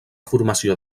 formació